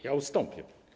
Ja ustąpię.